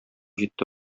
җитте